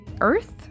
Earth